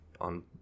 on